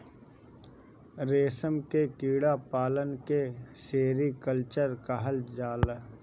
रेशम के कीड़ा पालन के सेरीकल्चर कहल जाला